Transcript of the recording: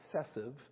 excessive